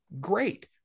great